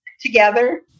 together